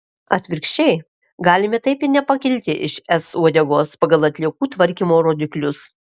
atvirkščiai galime taip ir nepakilti iš es uodegos pagal atliekų tvarkymo rodiklius